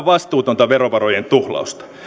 vastuutonta verovarojen tuhlausta